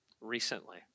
recently